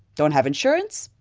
don't have insurance?